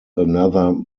another